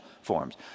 forms